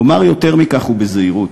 אומַר יותר מכך, ובזהירות: